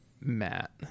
Matt